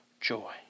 joy